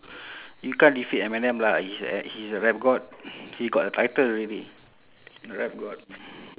you can't defeat eminem lah he's a he's a rap god he got the title already rap god